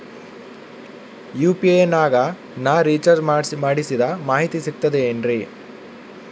UPI ನಾಗ ನಾ recharge ಮಾಡಿಸಿದ ಮಾಹಿತಿ ಸಿಕ್ತದೆ ಏನ್ರಿ?